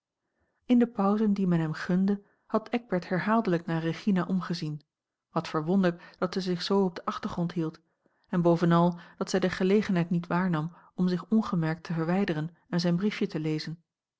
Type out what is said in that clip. in de pauzen die men hem gunde had eckbert herhaaldelijk naar regina omgezien wat verwonderd dat zij zich zoo op den achtergrond hield en bovenal dat zij de gelegenheid niet waarnam om zich ongemerkt te verwijderen en zijn briefje te lezen